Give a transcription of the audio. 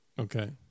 Okay